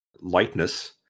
lightness